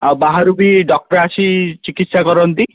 ଆଉ ବାହାରୁ ବି ଡକ୍ଟର ଆସି ଚିକିତ୍ସା କରନ୍ତି